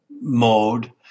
mode